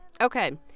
Okay